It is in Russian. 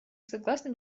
согласно